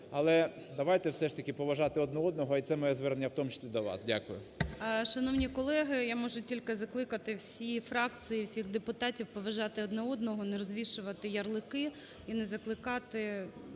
Але давайте все ж таки поважати один одного і це моє звернення, в тому числі до вас. Дякую.